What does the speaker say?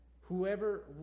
whoever